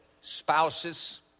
spouses